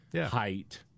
height